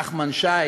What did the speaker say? נחמן שי